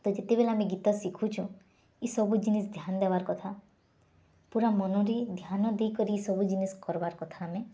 ତ ଯେତେବେଲେ ଆମେ ଗୀତ ଶିଖୁଛୁଁ ଏ ସବୁ ଜିନିଷ୍ ଧ୍ୟାନ୍ ଦେବାର୍ କଥା ପୂରା ମନରେ ଧ୍ୟାନ ଦେଇକରି ସବୁ ଜିନିଷ୍ କର୍ବାର୍ କଥା ଆମେ